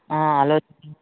అలో